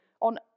on